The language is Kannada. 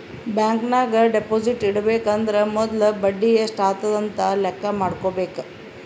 ಬ್ಯಾಂಕ್ ನಾಗ್ ಡೆಪೋಸಿಟ್ ಇಡಬೇಕ ಅಂದುರ್ ಮೊದುಲ ಬಡಿ ಎಸ್ಟ್ ಆತುದ್ ಅಂತ್ ಲೆಕ್ಕಾ ಮಾಡ್ಕೋಬೇಕ